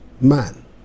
man